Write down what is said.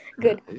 good